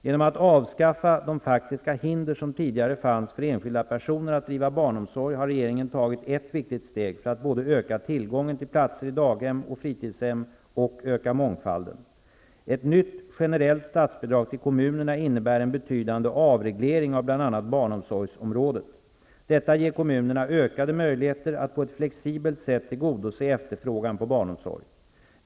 Genom att avskaffa de faktiska hinder som tidigare fanns för enskilda personer att driva barnomsorg har regeringen tagit ett viktigt steg för att både öka tillgången till platser i daghem och fritidshem och öka mångfalden. Ett nytt generellt statsbidrag till kommunerna innebär en betydande avreglering av bl.a. barnomsorgsområdet. Detta ger kommunerna ökade möjligheter att på ett flexibelt sätt tillgodose efterfrågan på barnomsorg.